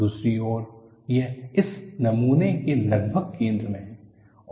दूसरी ओर यह इस नमूने के लगभग केंद्र में है